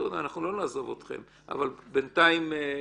אנחנו לא נעזוב אתכם, אבל בינתיים האוצר,